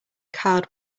card